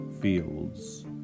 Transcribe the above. Fields